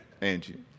Angie